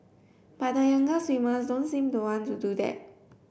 but the younger swimmers don't seem to want to do that